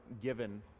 given